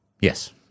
Yes